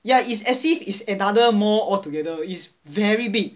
ya it's as if is another mall altogether it's very big